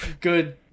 good